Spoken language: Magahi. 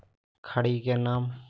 खड़ी के नाम?